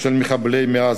של מחבלים מעזה.